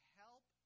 help